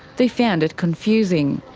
they found it confusing.